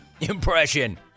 impression